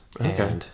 Okay